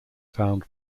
found